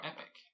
Epic